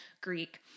Greek